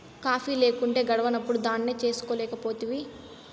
coffee లేకుంటే గడవనప్పుడు దాన్నే చేసుకోలేకపోతివి